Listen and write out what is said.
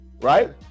right